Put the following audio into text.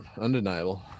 undeniable